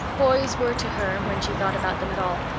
boys were to her, when she thought about them at all,